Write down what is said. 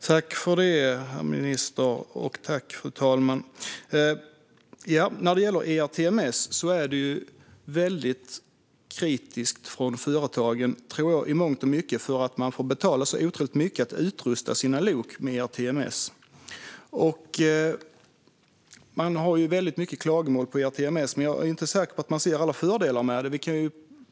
Fru talman! Tack, ministern! När det gäller ERTMS tror jag att företagen i mångt och mycket är väldigt kritiska för att de får betala otroligt mycket för att utrusta sina lok med systemet. Det finns många klagomål mot ERTMS, men jag är inte säker på att man ser alla fördelar med det.